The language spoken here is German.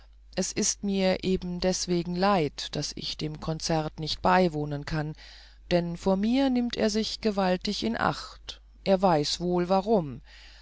es ist mir eben deswegen leid daß ich dem konzert nicht beiwohnen kann denn vor mir nimmt er sich gewaltig in acht er weiß wohl warum